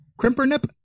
Crimpernip